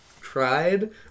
tried